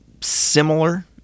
similar